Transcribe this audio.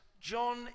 John